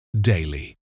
daily